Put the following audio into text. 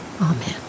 amen